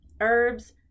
herbs